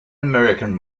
american